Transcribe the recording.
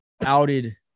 outed